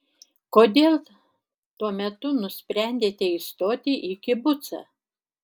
kodėl tuo metu nusprendėte įstoti į kibucą